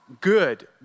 Good